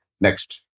Next